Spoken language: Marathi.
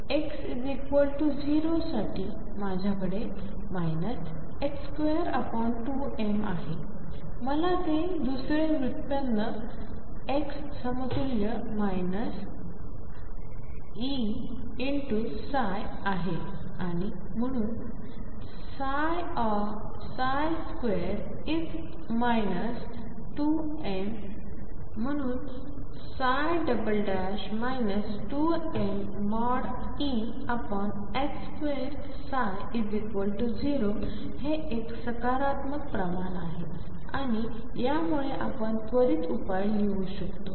तर x ≠0 साठी माझ्याकडे 22mआहे मला ते दुसरे व्युत्पन्न x समतुल्य E आहे आणि म्हणून 2mE20 हे एक सकारात्मक प्रमाण आहे आणि यामुळे आपण त्वरित उपाय लिहू शकता